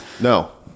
No